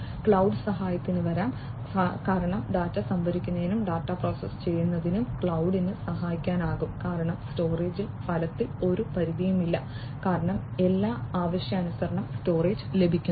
cloud സഹായത്തിന് വരാം കാരണം ഡാറ്റ സംഭരിക്കുന്നതിനും ഡാറ്റ പ്രോസസ്സ് ചെയ്യുന്നതിനും ക്ലൌഡിന് സഹായിക്കാനാകും കാരണം സ്റ്റോറേജിൽ ഫലത്തിൽ ഒരു പരിധിയുമില്ല കാരണം എല്ലാം ആവശ്യാനുസരണം സ്റ്റോറേജ് ലഭിക്കുന്നു